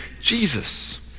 Jesus